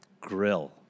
grill